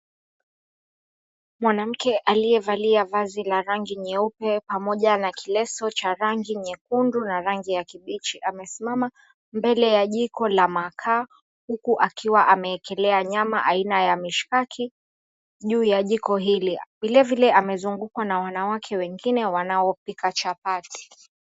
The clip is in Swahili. Mwanamke aliyevalia vazi la rangi nyeupe, pamoja na kileso cha rangi nyekundu, na rangi ya kibichi. Amesimama mbele ya jiko la makaa, huku akiwa ameekelea nyama aina ya mishkaki juu ya jiko hili. Vile vile amezungukwa na wanawake wengine wanaopika chapati.